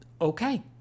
okay